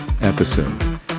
episode